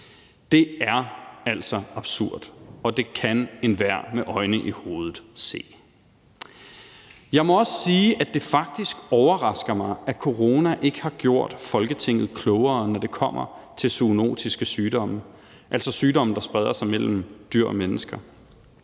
Det er altså absurd, og det kan enhver med øjne i hovedet se. Jeg må også sige, at det faktisk overrasker mig, at corona ikke har gjort Folketinget klogere, når det kommer til zoonotiske sygdomme – altså sygdomme, der spreder sig mellem dyr og mennesker